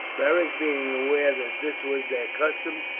beric, being aware that this was their custom,